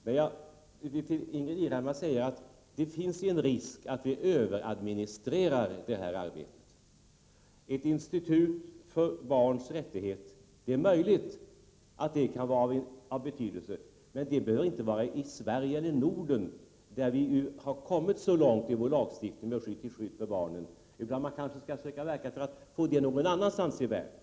Jag vill till Ingbritt Irhammar säga att det finns en risk att vi överadministrerar detta arbete. Det är möjligt att ett institut för barns rättigheter kan vara av betydelse, men det behöver inte finnas i Norden, där vi har kommit så långt i vår lagstiftning till skydd för barnen. Vi kanske skall söka verka för att det placeras någon annanstans i världen.